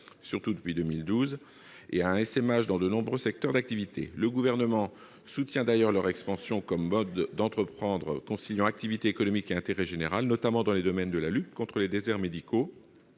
surtout depuis 2012 -et un essaimage dans de nombreux secteurs d'activités. Le Gouvernement soutient d'ailleurs leur expansion comme mode d'entreprendre conciliant activité économique et intérêt général, notamment dans les domaines de la lutte contre les déserts médicaux-